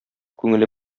күңеле